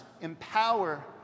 empower